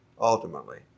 ultimately